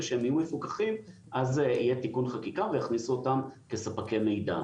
שהם יהיו מפוקחים אז יהיה תיקון חקיקה ויכניסו אותם כספקי מידע.